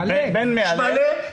מלא.